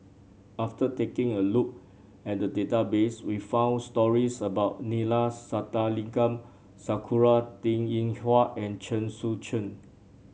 after taking a look at the database we found stories about Neila Sathyalingam Sakura Teng Ying Hua and Chen Sucheng